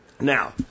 Now